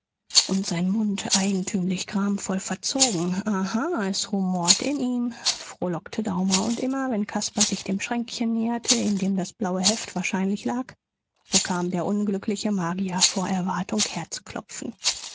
und sein mund eigentümlich gramvoll verzogen aha es rumort in ihm frohlockte daumer und immer wenn caspar sich dem schränkchen näherte in dem das blaue heft wahrscheinlich lag bekam der unglückliche magier vor erwartung herzklopfen